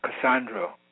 Cassandra